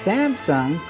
Samsung